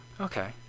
Okay